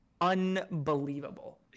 unbelievable